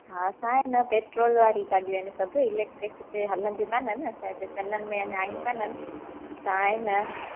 हा असांजी अ न पेट्रोल वारी ॻाॾयू आहिन सब इलेक्ट्रिक हिते हलंदी कानन असांजे हिते चलन में अञां आयूं कानन तव्हां ऐं न